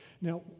Now